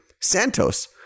Santos